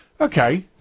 Okay